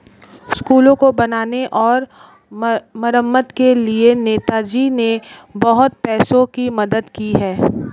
स्कूलों को बनाने और मरम्मत के लिए नेताजी ने बहुत पैसों की मदद की है